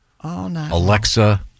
Alexa